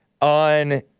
on